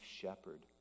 shepherd